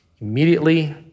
immediately